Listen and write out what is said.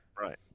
Right